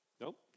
Nope